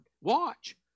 Watch